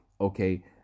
okay